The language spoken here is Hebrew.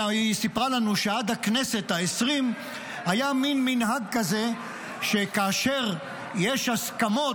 היא סיפרה לנו שעד הכנסת העשרים היה מין מנהג כזה שכאשר יש הסכמות,